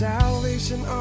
Salvation